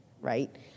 right